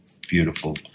beautiful